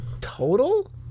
Total